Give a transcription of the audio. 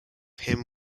him